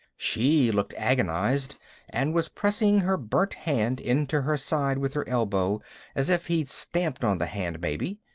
she looked agonized and was pressing her burnt hand into her side with her elbow as if he'd stamped on the hand, maybe.